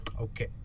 Okay